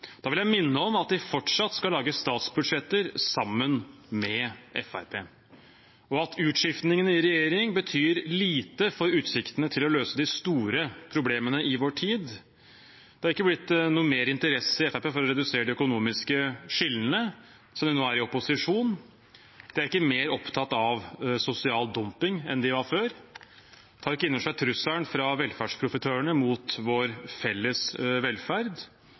Da vil jeg minne om at de fortsatt skal lage statsbudsjetter sammen med Fremskrittspartiet, og at utskiftningene i regjeringen betyr lite for utsiktene til å løse de store problemene i vår tid. Det er ikke blitt noe mer interesse i Fremskrittspartiet for å redusere de økonomiske skillene, selv om de nå er i opposisjon. De er ikke mer opptatt av sosial dumping enn de var før. De tar ikke innover seg trusselen fra velferdsprofitørene mot vår felles velferd.